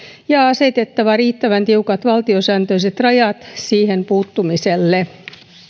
ja asetettava riittävän tiukat valtiosääntöiset rajat siihen puuttumiselle